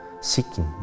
seeking